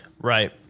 Right